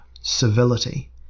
civility